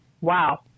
Wow